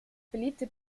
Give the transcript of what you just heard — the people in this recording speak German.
beliebte